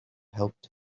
helped